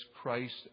Christ